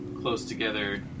close-together